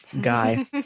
guy